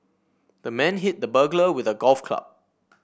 the man hit the burglar with a golf club